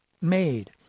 made